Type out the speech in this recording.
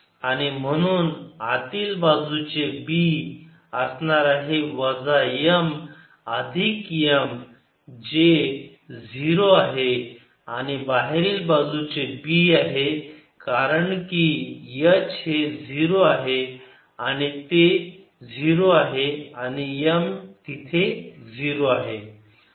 आणि म्हणून आतील बाजूचे B असणार आहे वजा M अधिक M जे 0 आहे आणि बाहेरील बाजूचे B आहे कारण की H हे 0 आहे ते 0 आहे आणि M तिथे 0 आहे